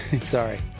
sorry